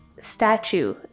statue